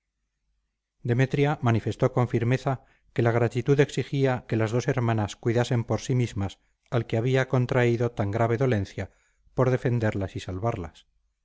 demetria manifestó con firmeza que la gratitud exigía que las dos hermanas cuidasen por sí mismas al que había contraído tan grave dolencia por defenderlas y salvarlas